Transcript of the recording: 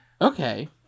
okay